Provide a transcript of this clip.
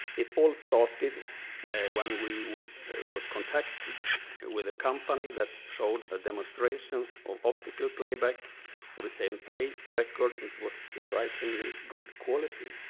it all started when we was contacted with a company that showed a demonstrations of optical playback of a seventy eight record. it was surprisingly good quality.